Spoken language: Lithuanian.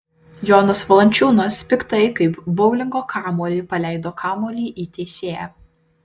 jonas valančiūnas piktai kaip boulingo kamuolį paleido kamuolį į teisėją